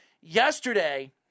yesterday